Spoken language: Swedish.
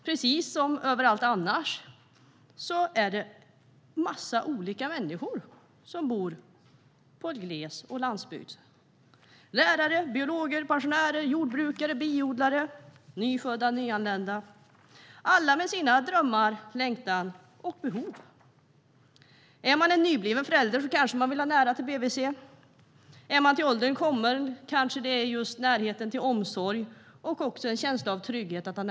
Precis som överallt annars bor det massa olika människor i gles och landsbygd. Det är lärare, biologer, pensionärer, jordbrukare, biodlare, nyfödda och nyanlända, och alla med sina drömmar och behov och sin längtan. En nybliven förälder vill kanske ha nära till BVC. Är man till åldern kommen är det kanske närhet till omsorg och sjukvård som är det viktiga.